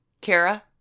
Kara